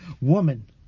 woman